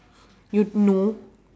you no